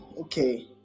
okay